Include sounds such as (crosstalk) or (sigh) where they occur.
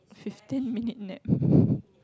fifteen minute nap (breath)